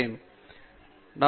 பேராசிரியர் பிரதாப் ஹரிதாஸ் சரி